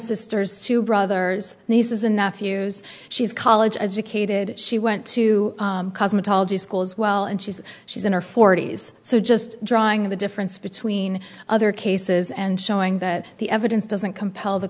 sisters two brothers nieces and nephews she's college educated she went to cosmetology school as well and she's she's in her forty's so just drawing the difference between other cases and showing that the evidence doesn't compel the